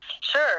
Sure